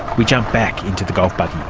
we jump back into the golf buggy.